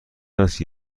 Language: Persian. است